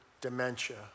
dementia